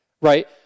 right